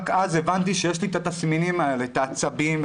רק אז הבנתי שיש לי את התסמינים האלה: את העצבים,